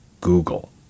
Google